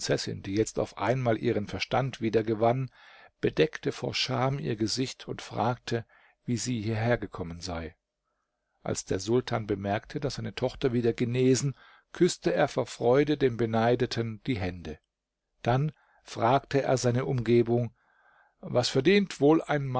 die jetzt auf einmal ihren verstand wieder gewann bedeckte vor scham ihr gesicht und fragte wie sie hierher gekommen sei als der sultan bemerkte daß seine tochter wieder genesen küßte er vor freude dem beneideten die hände dann fragte er seine umgebung was verdient wohl